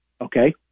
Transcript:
Okay